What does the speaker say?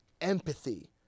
empathy